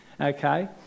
okay